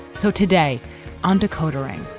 so today on decoder ring,